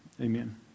Amen